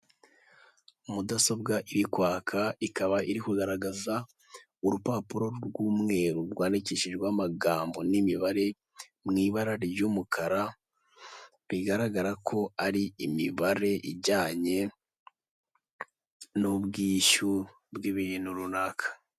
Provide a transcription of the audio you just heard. Mudasobwa irikwaka ikaba iri kugaragaza urupapuro rw'umweru rwandikishijweho amagambo n'imibare mw'ibara ry'umukara, bigaragara ko ari imibare ijyanye n'ubwishyu bw'ibintu runaka.